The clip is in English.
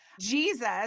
Jesus